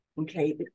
okay